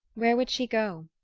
where would she go?